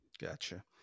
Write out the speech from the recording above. gotcha